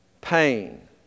pain